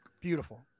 Beautiful